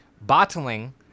bottling